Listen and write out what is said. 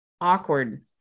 awkward